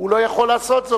הוא לא יכול לעשות זאת,